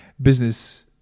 business